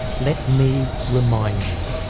let me remind you.